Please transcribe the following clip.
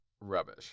rubbish